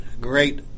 great